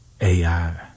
AI